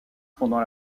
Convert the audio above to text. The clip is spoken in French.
pendant